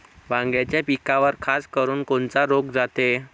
वांग्याच्या पिकावर खासकरुन कोनचा रोग जाते?